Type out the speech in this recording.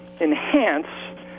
enhance